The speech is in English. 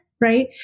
right